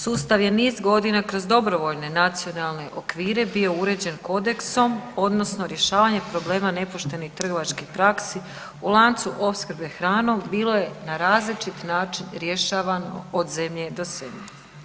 Sustav je niz godina kroz dobrovoljne nacionalne okvire bio uređen kodeksom odnosno rješavanjem problema nepoštenih trgovačkih praksi u lancu opskrbe hranom bilo je na različit način rješavano od zemlje do zemlje.